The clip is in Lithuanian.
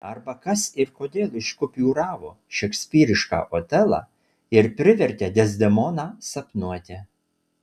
arba kas ir kodėl iškupiūravo šekspyrišką otelą ir privertė dezdemoną sapnuoti